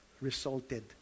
resulted